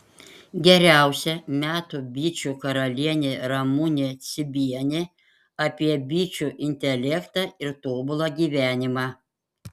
geriausia metų bičių karalienė ramunė cibienė apie bičių intelektą ir tobulą gyvenimą